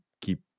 keep